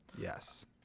Yes